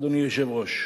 אדוני היושב-ראש.